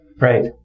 Right